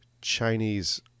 Chinese